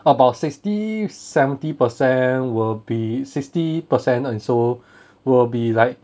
about sixty seventy percent will be sixty percent and so will be like